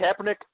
Kaepernick